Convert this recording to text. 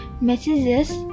Messages